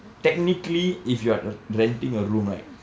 technically if you are renting a room right